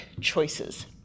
choices